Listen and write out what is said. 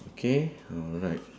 okay alright